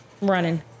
Running